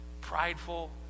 prideful